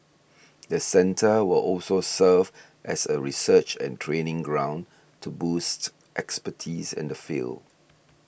the centre will also serve as a research and training ground to boost expertise in the field